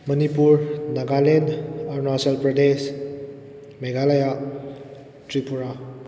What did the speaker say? Manipur Nagaland Arunachal Pradesh Meghalaya Tripura